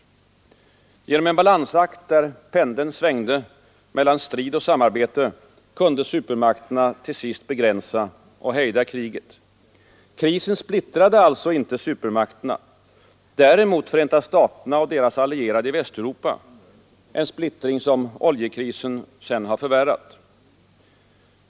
Genom en balansakt, där pendeln svängde mellan strid och samarbete, kunde supermakterna till sist begränsa och hejda kriget. Krisen splittrade inte supermakterna, däremot Förenta staterna och deras allierade i Västeuropa, en splittring som oljekrisen sedan har förvärrat.